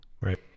Right